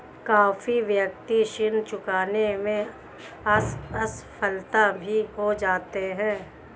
काफी व्यक्ति ऋण चुकाने में असफल भी हो जाते हैं